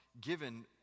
given